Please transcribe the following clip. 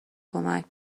کمک